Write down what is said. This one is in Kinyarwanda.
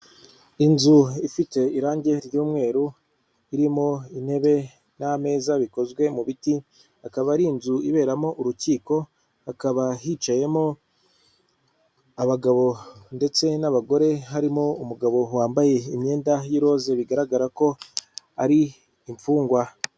Inzu ifite irangi ry'umweru irimo intebe n'ameza bikozwe mu biti akaba ari inzu iberamo urukiko. Hakaba hicayemo abagabo ndetse n'abagore harimo umugabo wambaye imyenda y'iroza bigaragara ko ari imfungwa.